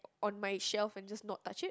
on my shelf and just not touch it